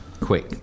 Quick